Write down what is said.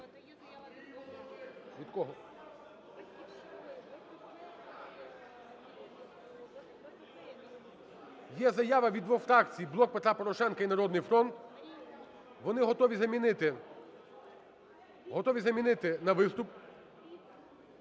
Є заява від двох фракцій – "Блок Петра Порошенка" і "Народний фронт" – вони готові замінити на виступ,